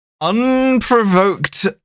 Unprovoked